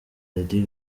lady